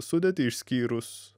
sudėtį išskyrus